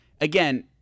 again